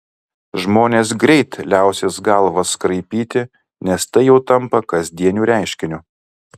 žmonės greit liausis galvas kraipyti nes tai jau tampa kasdieniu reiškiniu